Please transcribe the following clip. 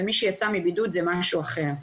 ומי שיצא מבידוד זה משהו אחר.